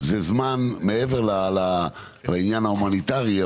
זה זמן מעבר לעניין ההומניטרי,